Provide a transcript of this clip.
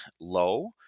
low